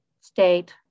state